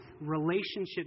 relationship